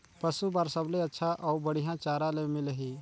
पशु बार सबले अच्छा अउ बढ़िया चारा ले मिलही?